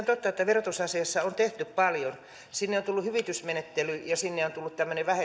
totta että verotusasiassa on tehty paljon sinne on tullut hyvitysmenettely ja sinne on tullut tämmöinen